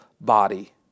body